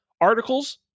articles